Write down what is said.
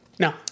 No